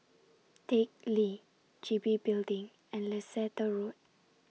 Teck Lee G B Building and Leicester Road